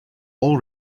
all